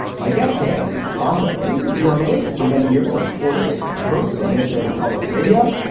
my guest today is tom weber, who's a journalist for many years, a reporter and host for minnesota public radio.